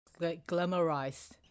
glamorized